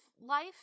life